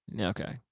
okay